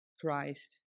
Christ